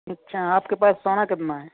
अच्छा आप के पास सोना कितना है